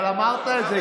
אבל אנחנו נחזור לדברינו.